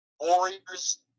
Warriors